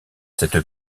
cette